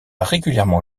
régulièrement